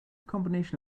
combination